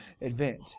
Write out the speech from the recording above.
event